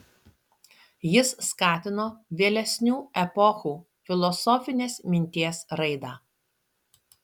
jis skatino vėlesnių epochų filosofinės minties raidą